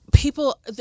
People